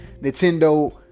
Nintendo